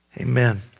Amen